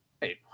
Hey